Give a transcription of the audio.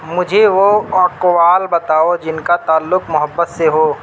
مجھے وہ اقوال بتاؤ جن کا تعلق محبت سے ہو